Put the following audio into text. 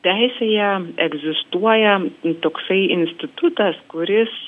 teisėje egzistuoja toksai institutas kuris